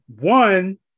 One